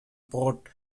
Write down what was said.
port